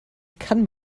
kann